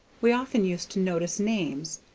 we often used to notice names,